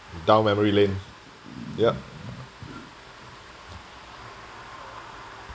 down memory lane ya